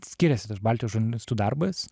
skiriasi tas baltijos žurnalistų darbas